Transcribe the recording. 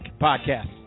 Podcast